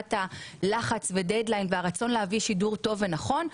למטריית הלחץ והדד-ליין והרצון להביא שידור טוב ונכון.